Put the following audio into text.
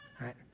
Right